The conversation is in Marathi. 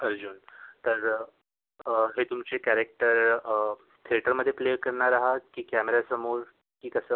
अर्जुन तर हे तुमचे कॅरॅक्टर थेटरमध्ये प्ले करणार आहात की कॅमेरा समोर की कसं